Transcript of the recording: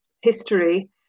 history